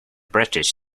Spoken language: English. british